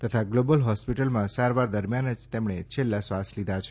તથા ગ્લોબલ હોસ્પિટલમાં સારવાર દરમિયાન જ તેમણે છેલ્લા શ્વાસ લીધા છે